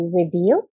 reveal